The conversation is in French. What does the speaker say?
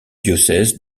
diocèse